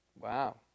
Wow